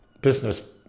business